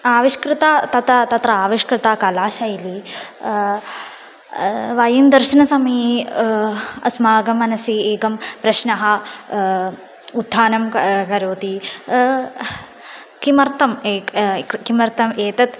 आविष्कृता तदा तत्र आविष्कृता कलाशैली वयं दर्शनसमये अस्माकं मनसि एकः प्रश्नस्य उत्थानं क करोति किमर्थम् एकं किमर्थम् एतत्